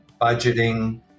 budgeting